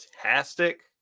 fantastic –